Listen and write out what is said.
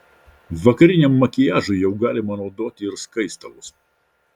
vakariniam makiažui jau galima naudoti ir skaistalus